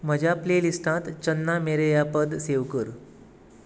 म्हज्या प्लेलिस्टांत चन्ना मेरेया पद सेव कर